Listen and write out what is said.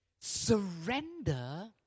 Surrender